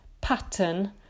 pattern